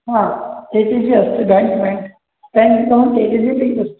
हा एटि जि अस्ति बैङ्क् बेङ्क् बेङ्क्कन् एटि तैः अस्ति